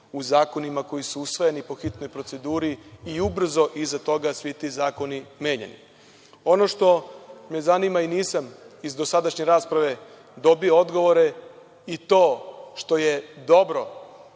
u zakonima koji su usvojeni po hitnoj proceduri i ubrzo iza toga svi ti zakoni menjani. Ono što me zanima i nisam iz dosadašnje rasprave dobio odgovore i to što je dobro